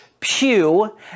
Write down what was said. Pew